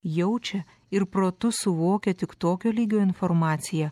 jaučia ir protu suvokia tik tokio lygio informaciją